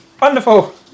wonderful